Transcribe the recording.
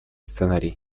сценарий